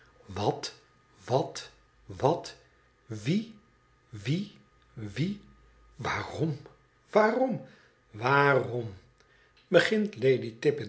wat wat wat wie wie wier waarom waarom waarom begint lady